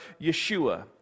Yeshua